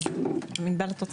הבקשה